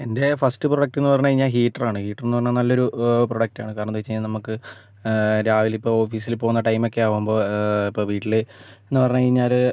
എൻ്റെ ഫസ്റ്റ് പ്രൊഡക്റ്റെന്ന് പറഞ്ഞു കഴിഞ്ഞാൽ ഹീറ്ററാണ് ഹീറ്ററെന്ന് പറഞ്ഞാൽ നല്ലൊരു പ്രൊഡക്റ്റ് ആണ് കാരണമെന്തെന്നു വെച്ചാൽ നമക്ക് രാവിലെ ഇപ്പോൾ ഓഫീസിൽ പോകുന്ന ടൈമൊക്കെ ആകുമ്പോൾ ഇപ്പം വീട്ടിൽ എന്ന് പറഞ്ഞു കഴിഞ്ഞാൽ